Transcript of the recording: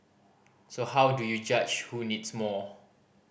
so how do you judge who needs more